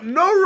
no